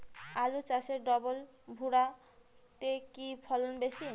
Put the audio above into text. আলু চাষে ডবল ভুরা তে কি ফলন বেশি?